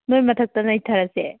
ꯅꯣꯏ ꯃꯊꯛꯇ ꯅꯩꯊꯔꯁꯦ